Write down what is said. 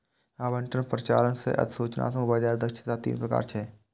आवंटन, परिचालन आ सूचनात्मक बाजार दक्षताक तीन प्रकार छियै